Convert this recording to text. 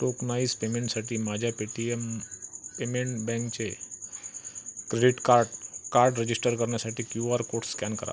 tokenise पेमेंटसाठी माझ्या Paytm payment बँकचे क्रेडीट कार्ड कार्ड रजिस्टर करण्यासाठी क्यू आर कोड स्कॅन करा